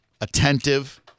attentive